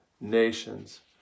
nations